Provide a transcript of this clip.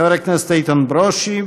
חבר הכנסת איתן ברושי,